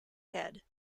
head